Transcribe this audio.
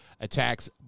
attacks